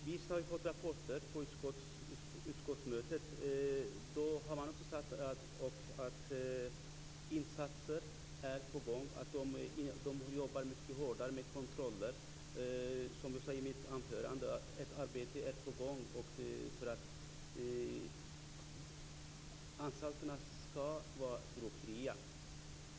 Fru talman! Visst har vi fått rapporter på utskottsmötena. Då har man också sagt att insatser är på gång. Man jobbar mycket hårdare med kontroller. Som jag sade i mitt anförande är arbetet på gång för att anstalterna skall bli drogfria.